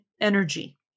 energy